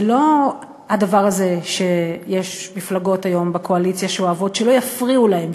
זה לא הדבר הזה שיש היום מפלגות בקואליציה שאוהבות שלא יפריעו להן,